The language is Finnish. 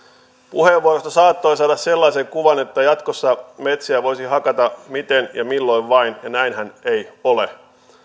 puheenvuorosta saattoi saada sellaisen kuvan että jatkossa metsiä voisi hakata miten ja milloin vain ja näinhän ei ole